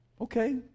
Okay